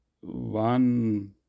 One